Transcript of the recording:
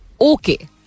okay